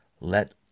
Let